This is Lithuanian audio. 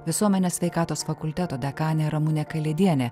visuomenės sveikatos fakulteto dekanė ramunė kalėdienė